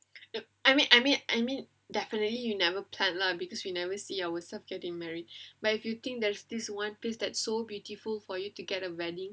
yup I mean I mean I mean definitely you never plan lah because we never see ourself getting married but if you think there's this one place that's so beautiful for you to get a wedding